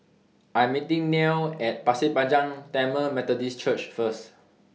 I'm meeting Nell At Pasir Panjang Tamil Methodist Church First